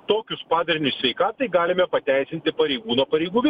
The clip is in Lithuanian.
tokius padarinius sveikatai galime pateisinti pareigūno pareigų ir